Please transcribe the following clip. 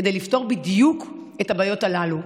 כדי לפתור בדיוק את הבעיות הללו.